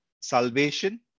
salvation